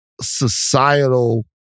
societal